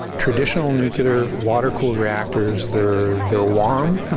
traditional nuclear water cooled reactors they're they're warm.